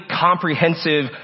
comprehensive